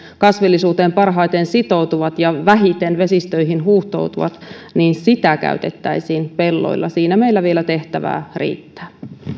kasvillisuuteen parhaiten sitoutuvat ja vähiten vesistöihin huuhtoutuvat käytettäisiin pelloilla siinä meillä vielä tehtävää riittää